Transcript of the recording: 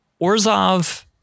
Orzov